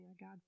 God